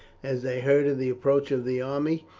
as they heard of the approach of the army,